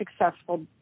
successful